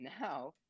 now